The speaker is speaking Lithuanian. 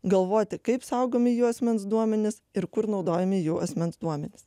galvoti kaip saugomi jų asmens duomenys ir kur naudojami jų asmens duomenys